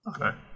Okay